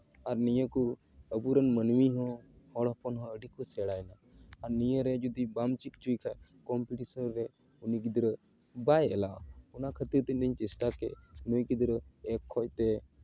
ᱟᱨ ᱱᱤᱭᱟᱹ ᱠᱚ ᱟᱵᱚ ᱨᱮᱱ ᱢᱟᱹᱱᱢᱤ ᱦᱚᱸ ᱦᱚᱬ ᱦᱚᱯᱚᱱ ᱦᱚᱸ ᱟᱹᱰᱤ ᱠᱚ ᱥᱮᱬᱟᱭᱮᱱᱟ ᱟᱨ ᱱᱤᱭᱟᱹᱨᱮ ᱡᱩᱫᱤ ᱵᱟᱢ ᱪᱮᱫ ᱦᱚᱪᱚᱭᱮ ᱠᱷᱟᱱ ᱠᱚᱢᱯᱤᱴᱤᱥᱮᱱ ᱨᱮ ᱩᱱᱤ ᱜᱤᱫᱽᱨᱟᱹ ᱵᱟᱭ ᱮᱞᱟᱜᱼᱟ ᱚᱱᱟ ᱠᱷᱟᱹᱛᱤᱨ ᱛᱮ ᱤᱧᱫᱩᱧ ᱪᱮᱥᱴᱟ ᱠᱮᱜ ᱱᱩᱭ ᱜᱤᱫᱽᱨᱟᱹ ᱮᱠ ᱠᱷᱚᱱ ᱛᱮ